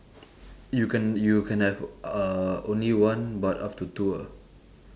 you can you can have uh only one but up to two ah